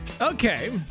Okay